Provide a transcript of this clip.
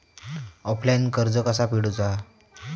Offline कर्ज कसा फेडूचा?